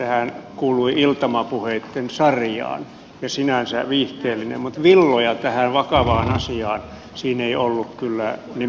sehän kuului iltamapuheitten sarjaan ja oli sinänsä viihteellinen mutta villoja tähän vakavaan asiaan siinä ei ollut kyllä nimeksikään